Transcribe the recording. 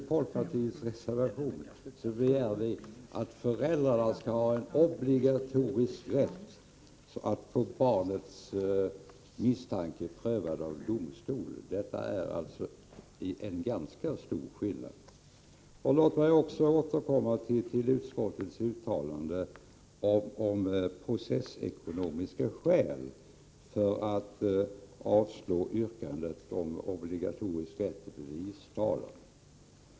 I folkpartiets reservation begär vi att föräldrarna skall ha en obligatorisk rätt att få misstankar mot barn prövade av domstol. Detta är en ganska stor skillnad. Låt mig också återkomma till utskottets uttalande om processekonomiska skäl för att avslå yrkandet om obligatorisk rätt till bevistalan.